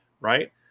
Right